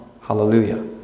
Hallelujah